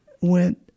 went